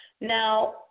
Now